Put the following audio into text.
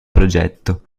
progetto